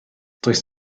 does